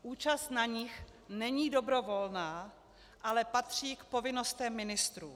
Účast na nich není dobrovolná, ale patří k povinnostem ministrů.